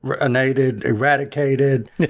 eradicated